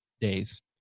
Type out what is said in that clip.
days